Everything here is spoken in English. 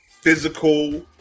physical